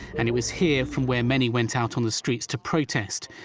and it was here from where many went out on the streets to protest.